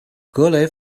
格雷